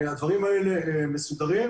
הדברים האלה מסודרים,